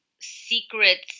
secrets